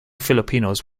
filipinos